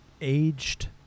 aged